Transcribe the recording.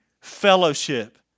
fellowship